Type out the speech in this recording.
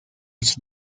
its